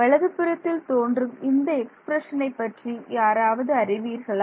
வலது புறத்தில் தோன்றும் இந்த எக்ஸ்பிரஷனை பற்றி யாராவது அறிவீர்களா